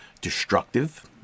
destructive